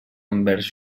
envers